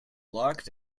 locked